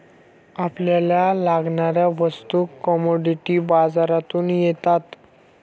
आपल्याला लागणाऱ्या वस्तू कमॉडिटी बाजारातून येतात